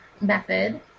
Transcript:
method